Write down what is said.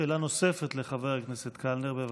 שאלה נוספת לחבר הכנסת קלנר, בבקשה.